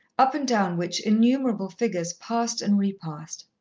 up and down which innumerable figures passed and re-passed.